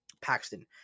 Paxton